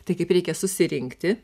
tai kaip reikia susirinkti